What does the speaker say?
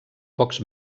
pocs